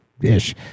ish